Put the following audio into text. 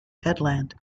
headland